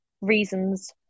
reasons